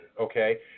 okay